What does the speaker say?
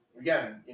again